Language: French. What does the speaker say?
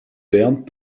pernes